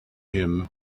him